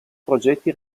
progetti